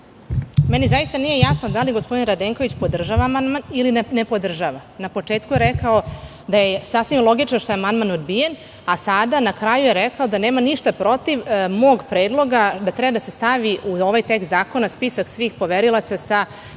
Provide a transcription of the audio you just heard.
Meni zaista nije jasno da li gospodin Radenković podržava amandman ili ne podržava? Na početku je rekao da je sasvim logično što je amandman odbijen, a sada na kraju je rekao da nema ništa protiv mog predloga, da treba da se stavi u ovaj tekst zakona spisak svih poverilaca sa visinom